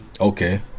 okay